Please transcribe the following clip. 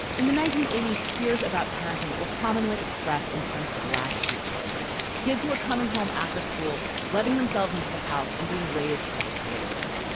in the nineteen eighty s fears about parenting were commonly expressed in terms of latchkey kids kids who are coming home after school letting themselves into the house and being raised by the television.